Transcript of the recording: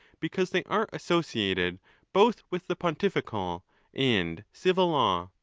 because they are associated both with the pontifical and civil law.